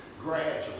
gradually